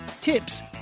tips